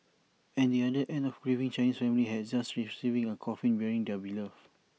at the other end A grieving Chinese family had just received A coffin bearing their beloved